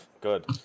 good